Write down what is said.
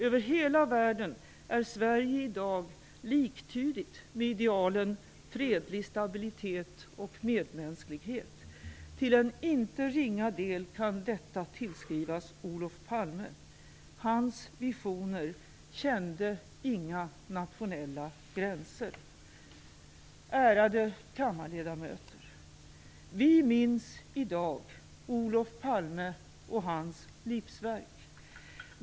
Över hela världen är Sverige i dag liktydigt med idealen fredlig stabilitet och medmänsklighet. Till en inte ringa del kan detta tillskrivas Olof Palme. Hans visioner kände inga nationella gränser." Ärade kammarledamöter! Vi minns i dag Olof Palme och hans livsverk.